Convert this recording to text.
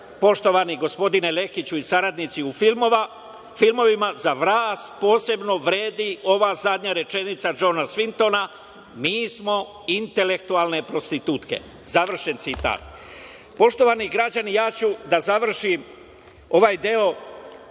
poštovani gospodine Lekiću i saradnici u filmovima, za vas posebno vredi ova zadnja rečenica DŽona Svintona: „Mi smo intelektualne prostitutke“, završen citat. Poštovani građani, ja ću da završim ovaj deo,